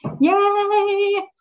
Yay